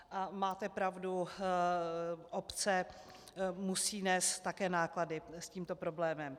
A máte pravdu, obce musí nést také náklady s tímto problémem.